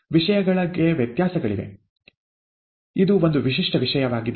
ವಿಷಯಗಳಿಗೆ ವ್ಯತ್ಯಾಸಗಳಿವೆ ಇದು ಒಂದು ವಿಶಿಷ್ಟ ವಿಷಯವಾಗಿದೆ